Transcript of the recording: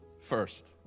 first